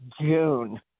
June